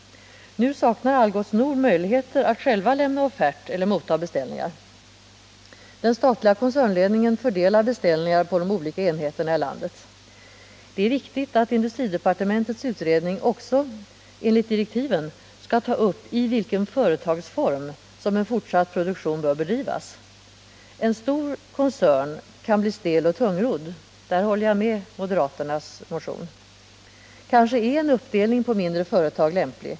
Nu saknar Algots Nord möjligheter att själva lämna offert eller motta beställningar. Den statliga koncernledningen fördelar beställningar på de olika enheterna i landet. Det är viktigt att industridepartementets utredning också enligt direktiven skall ta upp i vilken företagsform en fortsatt produktion bör bedrivas. En stor koncern kan bli stel och tungrodd. Där instämmer jag i moderaternas motion. Kanske är en uppdelning på mindre företag lämplig.